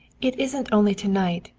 it isn't only to-night,